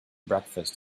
breakfast